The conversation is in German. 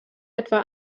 etwa